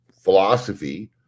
philosophy